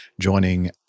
joining